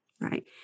Right